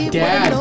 dad